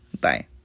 bye